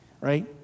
right